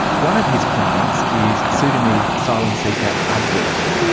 one of his clients is sudanese asylum seeker abdul.